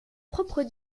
propres